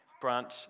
branch